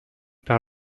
par